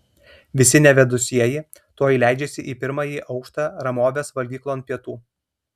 visi nevedusieji tuoj leidžiasi į pirmąjį aukštą ramovės valgyklon pietų